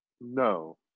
No